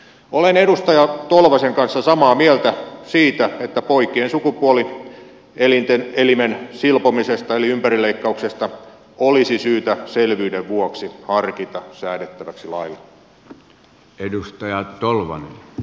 olen edustaja tolvasen kanssa samaa mieltä siitä että poikien sukupuolielimen silpomisesta eli ympärileikkauksesta olisi syytä selvyyden vuoksi harkita säädettäväksi lailla